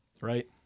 Right